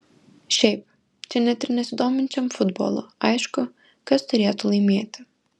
šiaip čia net ir nesidominčiam futbolu aišku kas turėtų laimėti